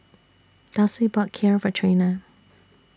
Dulce bought Kheer For Trena